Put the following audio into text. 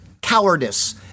cowardice